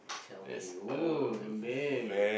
tell me !woah! a man